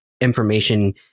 information